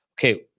okay